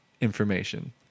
information